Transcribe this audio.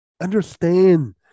Understand